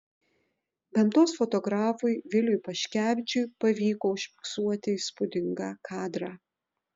gamtos fotografui viliui paškevičiui pavyko užfiksuoti įspūdingą kadrą